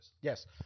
Yes